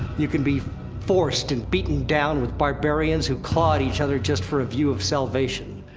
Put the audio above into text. you can be forced and beaten down with barbarians, who claw at each other just for a view of salvation.